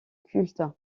culte